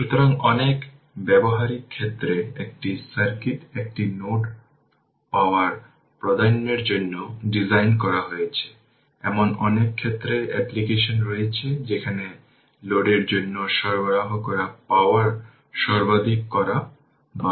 সুতরাং এই ক্ষেত্রে R eq 49 বাই 4 অর্থাৎ 7 বাই 2 Ω কিন্তু এটি 7 বাই 2 Ω তাই টাইম কনস্ট্যান্ট হল lReq